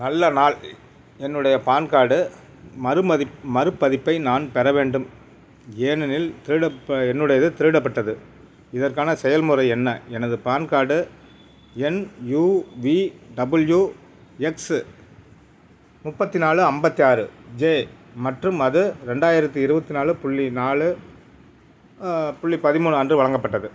நல்ல நாள் என்னுடைய பான் கார்டு மறு மதிப் மறுபதிப்பை நான் பெற வேண்டும் ஏனெனில் திருடப் என்னுடையது திருடப்பட்டது இதற்கான செயல்முறை என்ன எனது பான் கார்டு எண் யுவிடபிள்யூஎக்ஸ்சு முப்பத்து நாலு ஐம்பத்தி ஆறு ஜே மற்றும் அது ரெண்டாயிரத்து இருபத்தி நாலு புள்ளி நாலு புள்ளி பதிமூணு அன்று வழங்கப்பட்டது